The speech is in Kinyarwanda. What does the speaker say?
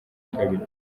kabiri